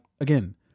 again